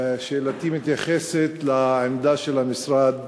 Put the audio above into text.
שאלתי מתייחסת לעמדה של המשרד